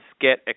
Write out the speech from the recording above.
get